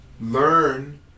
Learn